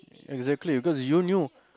exactly because you knew